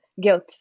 guilt